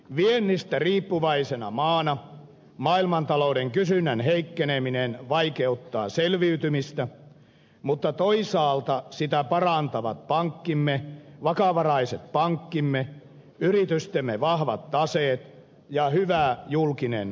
viennistä riippuvaisena maana koemme että maailmantalouden kysynnän heikkeneminen vaikeuttaa selviytymistä mutta toisaalta sitä parantavat vakava raiset pankkimme yritystemme vahvat taseet ja hyvä julkinen taloutemme